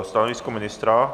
Stanovisko ministra?